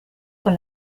con